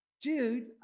Jude